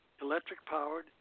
electric-powered